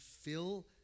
fill